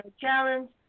Challenge